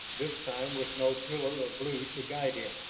this time with no pillar of blue to guide him.